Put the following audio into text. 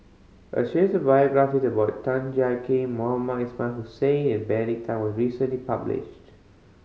a series of biographies about Tan Jiak Kim Mohamed Ismail Hussain and Bene Tan was recently published